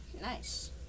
Nice